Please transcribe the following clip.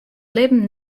libben